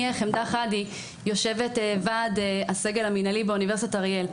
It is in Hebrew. אני יושבת ועד הסגל המנהלי באוניברסיטת אריאל.